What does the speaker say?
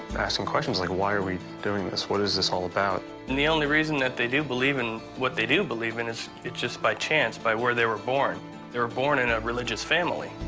asking questions like why are we doing this? what is this all about the only reason that they do believe in what they do believe in is? it's just by chance by where they were born they were born in a religious family.